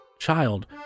Child